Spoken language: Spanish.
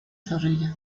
zorrilla